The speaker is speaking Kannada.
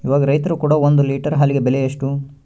ಇವಾಗ ರೈತರು ಕೊಡೊ ಒಂದು ಲೇಟರ್ ಹಾಲಿಗೆ ಬೆಲೆ ಎಷ್ಟು?